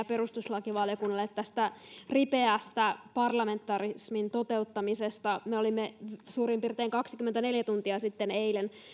perustuslakivaliokunnalle tästä ripeästä parlamentarismin toteuttamisesta me olimme suurin piirtein kaksikymmentäneljä tuntia sitten eilen